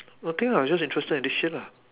nothing lah I was just interested in this shit lah